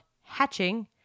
Hatching